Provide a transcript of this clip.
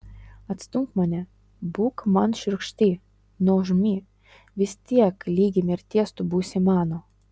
atstumk mane būk man šiurkšti nuožmi vis tiek ligi mirties tu būsi mano